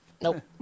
Nope